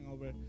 over